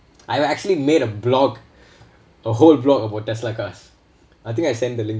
I have actually made a blog a whole blog about tesla cars I think I send the link